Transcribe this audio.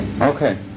Okay